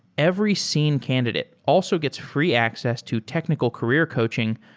every seen candidate also gets free access to technical career coaching,